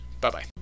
bye-bye